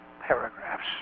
paragraphs